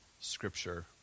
scripture